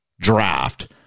draft